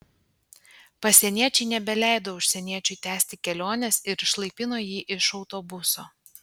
pasieniečiai nebeleido užsieniečiui tęsti kelionės ir išlaipino jį iš autobuso